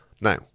Now